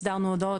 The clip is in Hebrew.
הסדרנו הודעות,